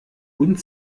und